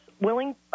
willing